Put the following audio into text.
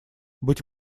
быть